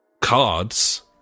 cards